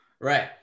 right